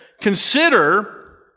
Consider